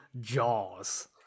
Jaws